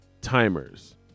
timers